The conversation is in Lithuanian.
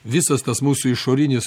visas tas mūsų išorinis